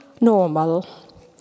normal